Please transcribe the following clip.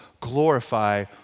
glorify